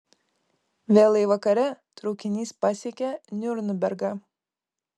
vėlai vakare traukinys pasiekia niurnbergą